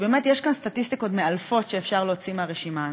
כי באמת יש כאן סטטיסטיקות מאלפות שאפשר להוציא מהרשימה הזאת,